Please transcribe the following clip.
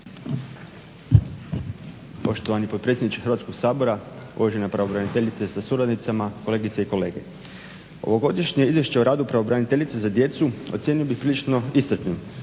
Poštovani potpredsjedniče Hrvatskoga sabora, uvažena pravobraniteljice sa suradnicama, kolegice i kolege. Ovogodišnje izvješće o radu pravobraniteljice za djecu ocijenio bih prilično iscrpnim.